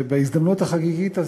ובהזדמנות החגיגית הזאת,